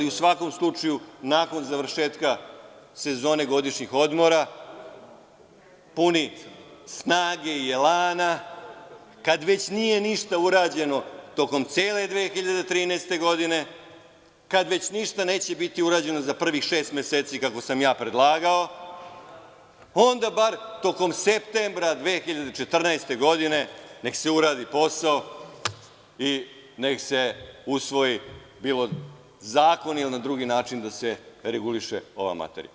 U svakom slučaju, nakon završetka sezone godišnjih odmora, puni snage i elana, kada već nije ništa urađeno tokom cele 2013. godine, kada već ništa neće biti urađeno za prvih šest meseci, kako sam ja predlagao, onda bar tokom septembra 2014. godine neka se uradi posao i neka se usvoji bilo zakon ili na drugi način da se reguliše ova materija.